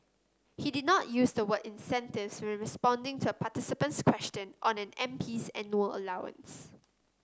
he did not use the word incentives when responding to a participant's question on an MP's annual allowance